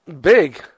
Big